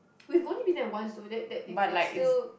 we've only been there once though that that it it still